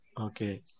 okay